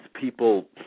people –